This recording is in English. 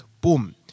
boom